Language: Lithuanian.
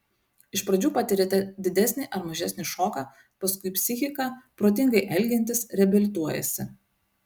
iš pradžių patiriate didesnį ar mažesnį šoką paskui psichika protingai elgiantis reabilituojasi